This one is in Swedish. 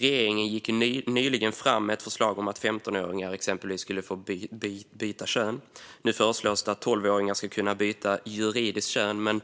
Regeringen gick nyligen fram med ett förslag om att 15-åringar exempelvis ska få byta kön. Nu föreslås det att tolvåringar ska kunna byta juridiskt kön.